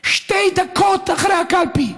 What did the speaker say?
שתי דקות אחרי הקלפי.